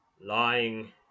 Lying